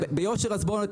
ביושר הוא אמר את זה.